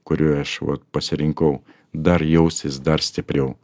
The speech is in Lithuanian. kurioj aš vat pasirinkau dar jaustis dar stipriau